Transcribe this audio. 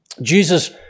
Jesus